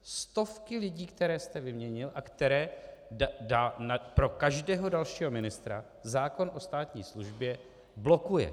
Stovky lidí, které jste vyměnil a které pro každého dalšího ministra zákon o státní službě blokuje.